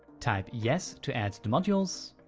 type yes to add the modules.